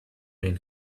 man